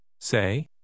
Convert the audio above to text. Say